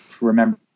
remember